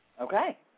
Okay